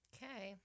Okay